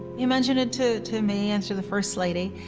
yeah mentioned it to, to me and to the first lady,